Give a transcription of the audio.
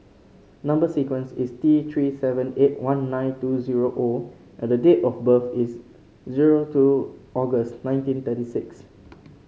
number sequence is T Three seven eight one nine two zero O and the date of birth is zero two August nineteen thirty six